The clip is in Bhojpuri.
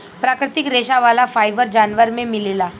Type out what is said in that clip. प्राकृतिक रेशा वाला फाइबर जानवर में मिलेला